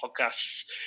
podcasts